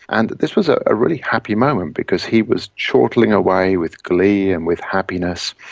and this was a ah really happy moment because he was chortling away with glee and with happiness,